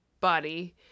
body